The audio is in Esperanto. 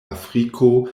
afriko